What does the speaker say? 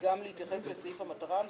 גם להתייחס לסעיף המטרה,